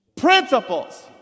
principles